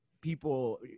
People